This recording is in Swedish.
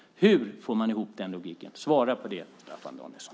Hur får man ihop den logiken? Svara på det, Staffan Danielsson!